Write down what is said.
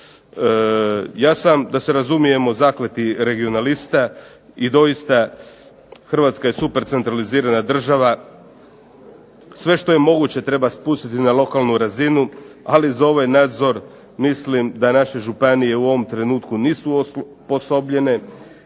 Ja sam da se razumijemo zakleti regionalista i doista Hrvatska je super centralizirana država. Sve što je moguće treba spustiti na lokalnu razinu. Ali za ovaj nadzor mislim da naše županije u ovom trenutku nisu osposobljene